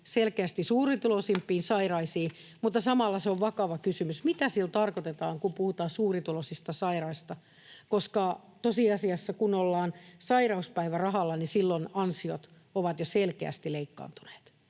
selkeästi suurituloisimpiin sairaisiin, mutta samalla se on vakava kysymys, mitä sillä tarkoitetaan, kun puhutaan suurituloisista sairaista, koska tosiasiassa kun ollaan sairauspäivärahalla, niin silloin ansiot ovat jo selkeästi leikkaantuneet.